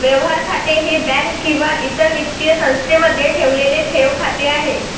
व्यवहार खाते हे बँक किंवा इतर वित्तीय संस्थेमध्ये ठेवलेले ठेव खाते आहे